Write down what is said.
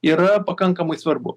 yra pakankamai svarbu